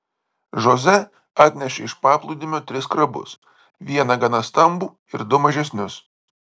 žoze atnešė iš paplūdimio tris krabus vieną gana stambų ir du mažesnius